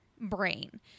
brain